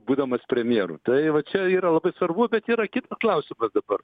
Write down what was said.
būdamas premjeru tai va čia yra labai svarbu bet yra kitas klausimas dabar